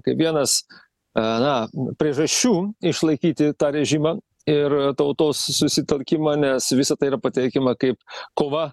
kaip vienas a na priežasčių išlaikyti tą režimą ir tautos susitelkimą nes visa tai yra pateikiama kaip kova